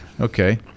Okay